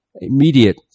immediate